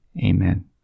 amen